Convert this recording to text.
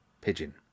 pigeon